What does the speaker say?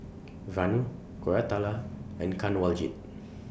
Vanu Koratala and Kanwaljit